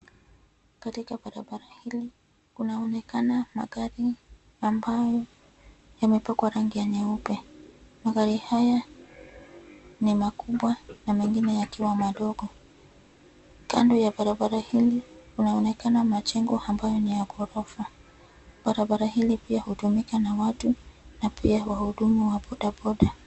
Katika barabara hili kunaonekana magari ambayo yamepakwa rangi ya nyeupe. Magari haya ni makubwa na mengine yakiwa madogo. Kando ya barabara hili kunaonekana majengo ambayo ni ya ghorofa. Barabara hili pia hutumika na watu na pia wahudumu wa bodaboda.